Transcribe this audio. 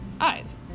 eyes